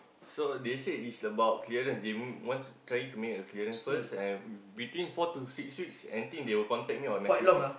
so they said is about clearance they want to try to make a clearance first and I between four to six weeks anything they will contact me or message me